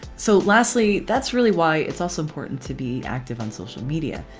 so lastly that's really why it's also important to be active on social media.